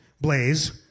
blaze